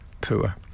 poor